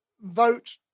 vote